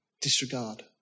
disregard